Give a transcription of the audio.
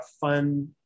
fun